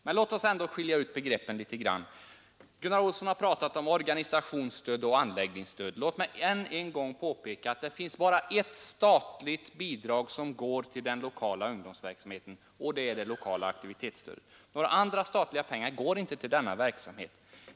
Men låt oss ändå reda ut begreppen litet grand! Gunnar Olsson har talat om organisationsstöd och anläggningsstöd. Jag vill ännu en gång påpeka att det bara finns ett statligt bidrag som går till den lokala ungdomsverksamheten, nämligen det lokala aktivitetsstödet. Några andra statliga pengar går inte till denna verksamhet.